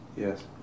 Yes